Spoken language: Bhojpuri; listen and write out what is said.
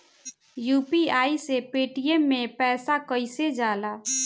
यू.पी.आई से पेटीएम मे पैसा कइसे जाला?